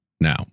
Now